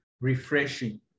refreshing